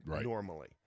normally